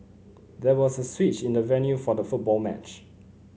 there was a switch in the venue for the football match